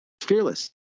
fearless